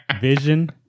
vision